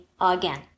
again